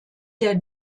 der